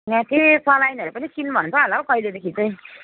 र फेरि सलाइनहरू पनि किन्नु भन्छ होला हौ कहिलेदेखि चाहिँ